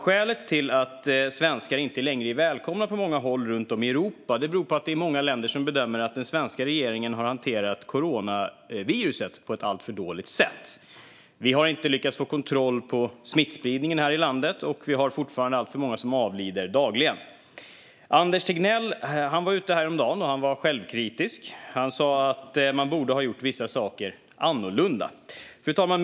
Skälet till att svenskar inte längre är välkomna på många håll i Europa är att många länder bedömer att den svenska regeringen har hanterat coronaviruset på ett alltför dåligt sätt. Vi har inte lyckats få kontroll på smittspridningen i landet, och vi har fortfarande dagligen alltför många som avlider. Anders Tegnell var häromdagen ute och var självkritisk. Han sa att man borde ha gjort vissa saker annorlunda. Fru talman!